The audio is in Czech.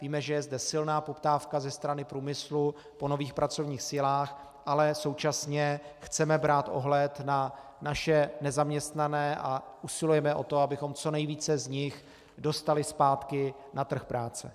Víme, že je zde silná poptávka ze strany průmyslu po nových pracovních silách, ale současně chceme brát ohled na naše nezaměstnané a usilujeme o to, abychom co nejvíce z nich dostali zpátky na trh práce.